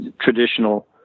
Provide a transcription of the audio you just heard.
traditional